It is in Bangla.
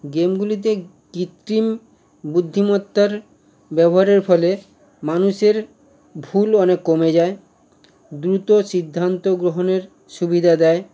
গেমগুলিতে কৃত্রিম বুদ্ধিমত্তার ব্যবহারের ফলে মানুষের ভুল অনেক কমে যায় দ্রুত সিদ্ধান্ত গ্রহণের সুবিধা দেয়